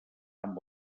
amb